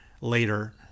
later